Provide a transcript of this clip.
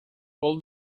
pull